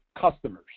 customers